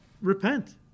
repent